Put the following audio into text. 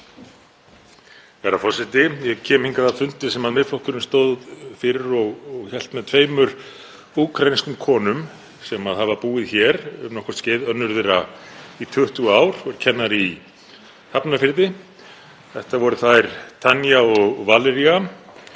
Þetta voru þær Tanya og Valeria